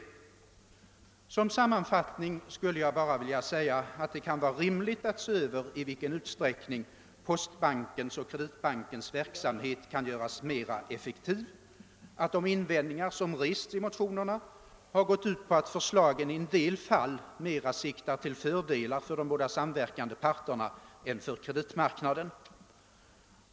Som sammanfattning skulle jag bara vilja säga, att det kan vara rimligt att se över frågan om i vilken utsträckning postbankens och Kreditbankens verksamhet kan göras mera effektiv. De invändningar, som rests i motionerna, har gått ut på att förslagen i en del fall mera siktar till fördelar för de båda samverkande parterna än för kreditmark naden.